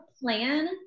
plan